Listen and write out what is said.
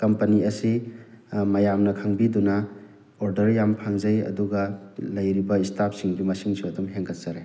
company ꯑꯁꯤ ꯃꯌꯥꯝꯅ ꯈꯪꯕꯤꯗꯨꯅ ꯑꯣꯗꯔ ꯌꯥꯝ ꯐꯪꯖꯩ ꯑꯗꯨꯒ ꯂꯩꯔꯤꯕ ꯏ꯭ꯁꯇꯥꯞꯁꯤꯡꯁꯨ ꯃꯁꯤꯡꯁꯨ ꯑꯗꯨꯝ ꯍꯦꯟꯒꯠꯆꯔꯦ